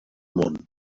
món